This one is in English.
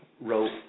wrote